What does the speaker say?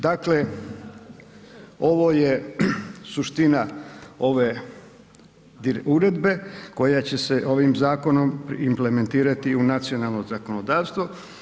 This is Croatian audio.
Dakle ovo je suština ove uredbe koja će se ovim zakonom implementirati i u nacionalno zakonodavstvo.